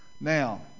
Now